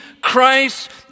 Christ